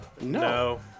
No